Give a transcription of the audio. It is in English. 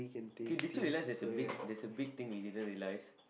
okay did you realise there's a big there's a big thing we didn't realise